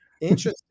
Interesting